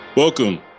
Welcome